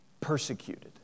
persecuted